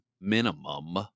minimum